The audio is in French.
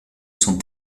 son